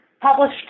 published –